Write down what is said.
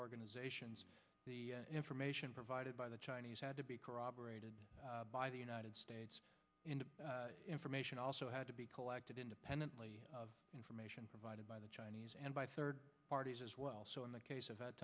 organizations the information provided by the chinese had to be corroborated by the united states information also had to be collected independently of information provided by the chinese and by third parties as well so in the case of t